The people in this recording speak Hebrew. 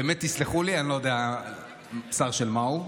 באמת תסלחו לי, אני לא יודע שר של מה הוא.